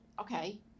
okay